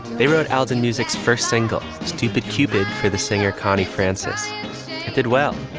they wrote out and music's first single, stupid cupid for the singer connie francis did well,